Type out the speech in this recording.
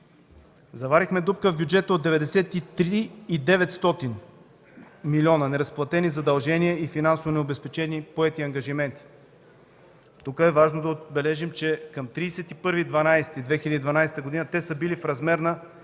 Заварихме дупка в бюджета от 93 млн. 900 хил. лв. неразплатени задължения и финансово необезпечени поети ангажименти. Тук е важно да отбележим, че към 31 декември 2012 г. те са били в размер на